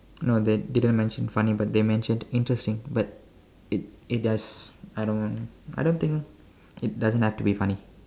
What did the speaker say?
no they didn't mention funny but they mentioned interesting but it it does I don't I don't think it doesn't have to be funny